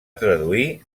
traduir